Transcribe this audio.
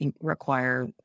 require